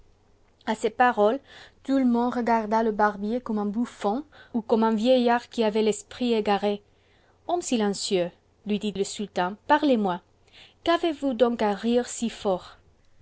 a ces paroles tout le monde regarda le barbier comme un bouffon ou comme un vieillard qui avait l'esprit égaré homme silencieux lui dit le sultan parlez-moi qu'avez-vous donc à rire si fort